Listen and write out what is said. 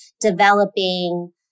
developing